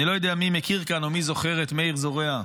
אני לא יודע מי מכיר כאן או מי זוכר את מאיר זורע.